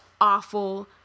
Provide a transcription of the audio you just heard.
awful